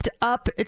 up